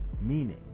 meaning